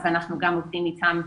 אנחנו עובדים גם איתם,